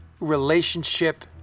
relationship